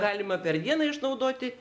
galima per dieną išnaudoti